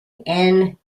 annexation